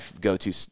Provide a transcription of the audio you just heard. go-to